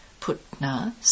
Putna